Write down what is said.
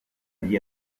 gli